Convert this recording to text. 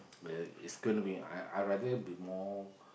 uh it's gonna be I rather be more